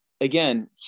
again